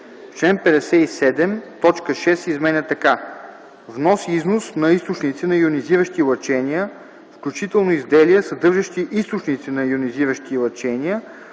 В чл. 57 т. 6 се изменя така: „6. внос и износ на източници на йонизиращи лъчения, включително изделия, съдържащи източници на йонизиращи лъчения,